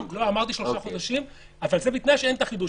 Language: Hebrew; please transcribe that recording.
אמרתי שלושה חודשים אבל זה בתנאי שאין את החידוש.